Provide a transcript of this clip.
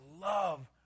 love